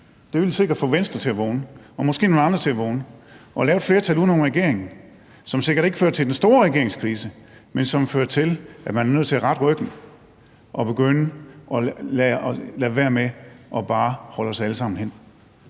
Det ville sikkert få Venstre til at vågne og måske få nogle andre til at vågne, så man måske kunne lave et flertal uden om regeringen, som sikkert ikke fører til den store regeringskrise, men som fører til, at man er nødt til at rette ryggen og begynde at lade være med bare at holde os alle sammen hen.